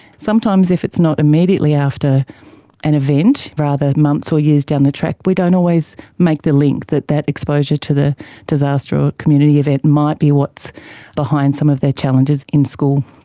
sometimes if it's not immediately after an event, rather months or years down the track, we don't always make the link that that exposure to the disaster or community event might be what's behind some of their challenges in school.